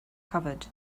covered